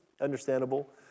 understandable